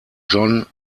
john